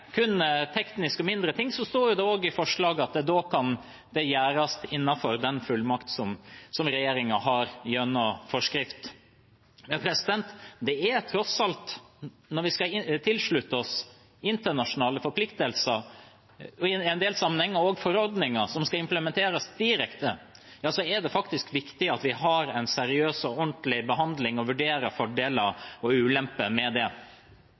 tekniske og mindre ting, står det også i forslaget at det kan gjøres innenfor den fullmakt som regjeringen har gjennom forskrift. Når vi skal tilslutte oss internasjonale forpliktelser, og i en del sammenhenger er det også forordninger som skal implementeres direkte, er det faktisk viktig at vi har en seriøs og ordentlig behandling og vurderer fordeler og ulemper med det.